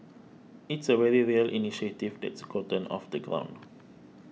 it's a very real initiative that's gotten off the ground